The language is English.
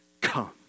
come